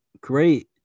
great